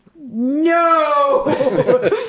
no